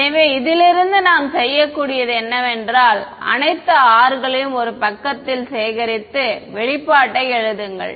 எனவே இதிலிருந்து நாம் செய்யக்கூடியது என்னவென்றால் அனைத்து R களையும் ஒரு பக்கத்தில் சேகரித்து வெளிப்பாட்டை எழுதுங்கள்